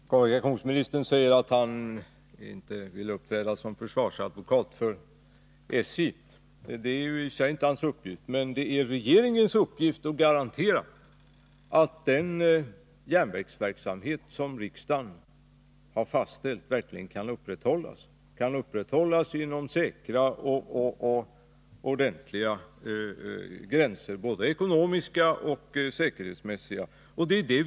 Herr talman! Kommunikationsministern säger att han inte vill uppträda som försvarsadvokat för SJ. Det är naturligtvis inte i och för sig hans uppgift, men regeringens uppgift är att garantera att den järnvägsverksamhet som riksdagen har fastställt verkligen kan upprätthållas både ekonomiskt och säkerhetsmässigt sett.